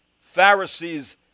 Pharisees